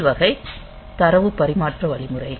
முதல் வகை தரவு பரிமாற்ற வழிமுறை